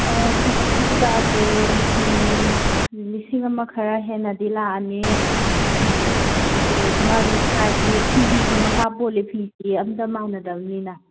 ꯐꯩꯕꯥꯛ ꯃꯨꯒꯥꯁꯦ ꯂꯤꯁꯤꯡ ꯑꯃ ꯈꯔ ꯍꯦꯟꯅꯗꯤ ꯂꯥꯛꯑꯅꯤ ꯑꯗꯣ ꯃꯥꯒꯤ ꯄ꯭ꯔꯥꯏꯖꯇꯤ ꯐꯤ ꯐꯤꯒꯤ ꯃꯈꯥ ꯄꯣꯜꯂꯦ ꯐꯤꯁꯦ ꯑꯃꯇ ꯃꯅꯗꯕꯅꯤꯅ